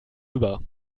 rüber